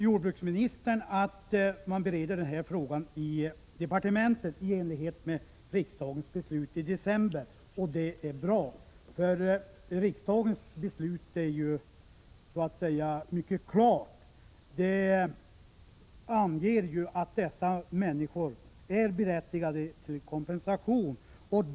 Jordbruksministern svarar nu att man bereder denna fråga i departementet i enlighet med riksdagens beslut i december förra året. Det är bra eftersom riksdagens beslut är mycket klart. Beslutet anger att dessa människor är berättigade till kompensation.